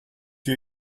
you